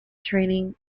training